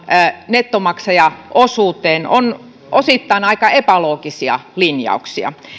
nettomaksajaosuuteen on osittain aika epäloogisia linjauksia